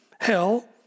hell